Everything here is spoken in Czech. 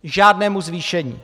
K žádnému zvýšení.